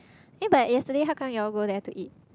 eh but yesterday how come you all go there to eat